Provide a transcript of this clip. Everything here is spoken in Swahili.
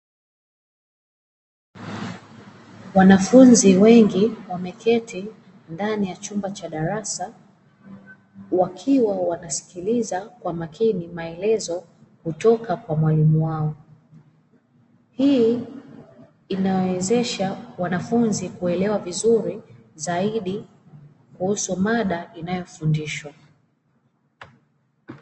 Wanafunzi wengi wameketi ndani ya chumba cha darasa wakiwa wanasikiliza kwa makini maelezo kutoka kwa mwalimu wao, hii inawawezesha wanafunzi kuelewa vizuri zaidi kuhusu mada inayofundishwa.